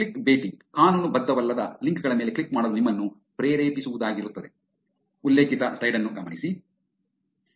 clickbaiting ಕಾನೂನುಬದ್ಧವಲ್ಲದ link ಗಳ ಮೇಲೆ ಕ್ಲಿಕ್ ಮಾಡಲು ನಿಮ್ಮನ್ನು ಪ್ರೇರೇಪಿಸುವುದಾಗಿರುತ್ತದೆ